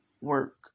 work